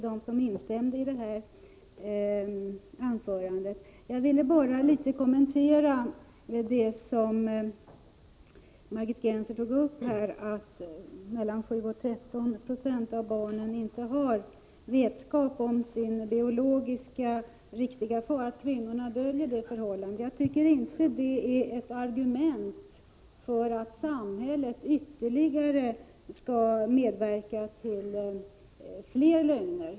Herr talman! Jag vill kommentera det som Margit Gennser tog upp om att mellan 7 och 13 26 av barnen inte har vetskap om sin biologiske fader — att kvinnorna döljer det förhållandet. Jag tycker inte att detta är ett argument för att samhället skall medverka till fler lögner.